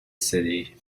city